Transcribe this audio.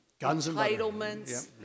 entitlements